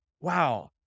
wow